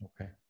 okay